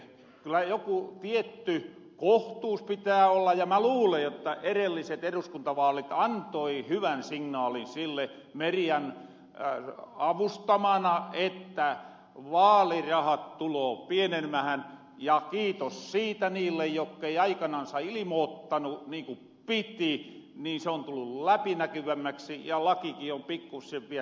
kyllä joku tietty kohtuus pitää olla ja mä luulen jotta erelliset eduskuntavaalit antoi hyvän signaalin sille merja ja edistää maana ei tää merian avustamana että vaalirahat tuloo pienenemähän ja kiitos siitä niille jokkei aikanansa ilimoottanu niin ku piti se on tullu läpinäkyvämmäksi ja lakiki on pikkusse viel täsmentyny ja uuristunu